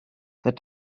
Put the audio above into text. that